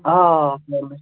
آ فارمیسی